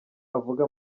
avuga